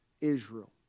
Israel